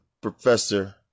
Professor